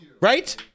Right